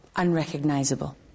unrecognizable